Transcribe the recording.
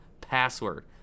password